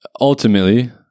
ultimately